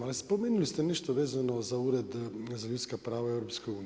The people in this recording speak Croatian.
Ali spomenuli ste nešto vezano za Ured za ljudska prava u EU.